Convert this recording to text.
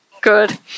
good